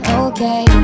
okay